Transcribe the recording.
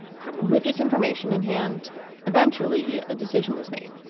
criminal with this information in hand eventually a decision is made,